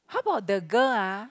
how about the girl ah